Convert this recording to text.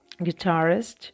guitarist